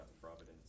providence